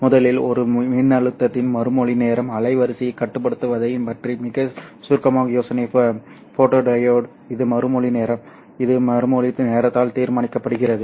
முதலில் ஒரு ஒளிமின்னழுத்தத்தின் மறுமொழி நேரம் அலைவரிசையை கட்டுப்படுத்துவதைப் பற்றிய மிகச் சுருக்கமான யோசனை ஃபோட்டோடியோட் இது மறுமொழி நேரம் இது மறுமொழி நேரத்தால் தீர்மானிக்கப்படுகிறது